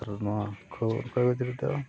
ᱟᱨ ᱱᱚᱣᱟ ᱠᱷᱚᱵᱚᱨ ᱠᱟᱜᱚᱡᱽ ᱨᱮᱫᱚ